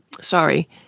sorry